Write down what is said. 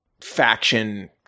faction